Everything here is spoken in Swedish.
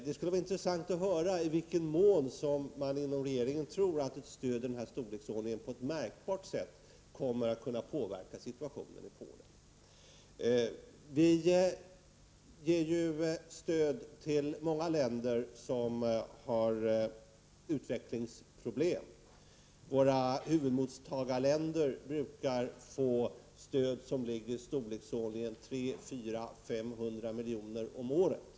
Det vore intressant att få höra i vilken mån man inom regeringen tror att ett stöd i den här storleksordningen på ett märkbart sätt kommer att kunna påverka situationen i Polen. Vi ger stöd till många länder som har utvecklingsproblem. Våra huvudmottagarländer brukar få stöd på ungefär 300-500 milj.kr. om året.